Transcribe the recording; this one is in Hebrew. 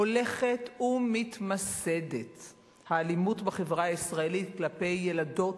הולכת ומתמסדת בחברה הישראלית אלימות כלפי ילדות,